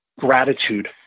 Gratitude